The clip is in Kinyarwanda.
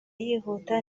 yihuta